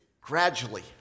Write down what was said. gradually